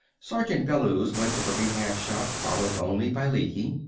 sergeant bellews went to the rehab shop, followed only by lecky.